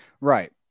Right